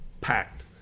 packed